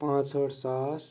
پانٛژ ہٲٹھ ساس